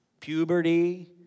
puberty